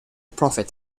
profit